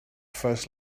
first